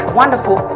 wonderful